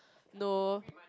no